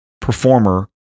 performer